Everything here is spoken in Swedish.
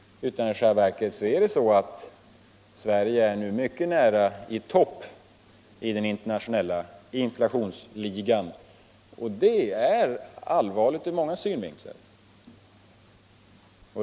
I stället är Sverige nu mycket nära toppen i inflationsligan. Och det är allvarligt ur många synvinklar.